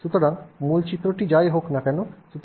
সুতরাং মূল চিত্রটি যাই হোক না কেন